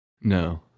No